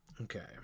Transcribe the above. Okay